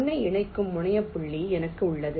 1 ஐ இணைக்கும் முனைய புள்ளி எனக்கு உள்ளது